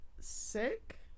Sick